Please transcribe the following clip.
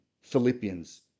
Philippians